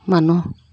মানুহ